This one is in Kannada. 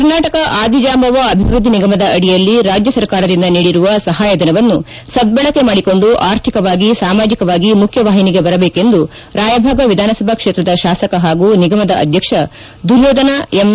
ಕರ್ನಾಟಕ ಆದಿಜಾಂಬವ ಅಭಿವೃದ್ದಿ ನಿಗಮದ ಅಡಿಯಲ್ಲಿ ರಾಜ್ಯ ಸರ್ಕಾರದಿಂದ ನೀಡಿರುವ ಸಹಾಯಧನವನ್ನು ಸದ್ದಳಕೆ ಮಾಡಿಕೊಂಡು ಆರ್ಥಿಕವಾಗಿ ಸಾಮಾಜಿಕವಾಗಿ ಮುಖ್ಯ ವಾಹಿನಿಗೆ ಬರಬೇಕೆಂದು ರಾಯಭಾಗ ವಿಧಾನಸಭಾ ಕ್ಷೇತ್ರದ ಶಾಸಕ ಹಾಗೂ ನಿಗಮದ ಅಧ್ಯಕ್ಷ ದುರ್ಯೋಧನ ಎಂ